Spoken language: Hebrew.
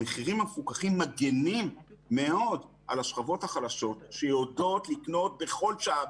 המחירים המפוקחים מגינים מאוד על השכבות החלשות שיודעות לקנות בכל שעה,